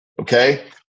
okay